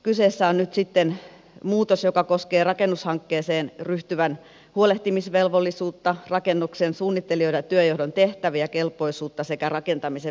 kyseessä on nyt sitten muutos joka koskee rakennushankkeeseen ryhtyvän huolehtimisvelvollisuutta rakennuksen suunnittelijoiden ja työnjohdon tehtäviä ja kelpoisuutta sekä rakentamisen viranomaisvalvontaa